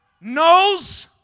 knows